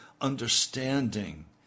understanding